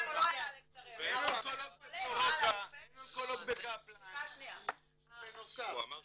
או לא היה על XRM -- אין אונקולוג בקפלן -- הוא אמר שיש.